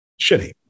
shitty